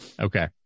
Okay